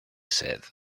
said